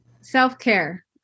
Self-care